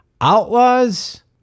outlaws